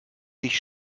sich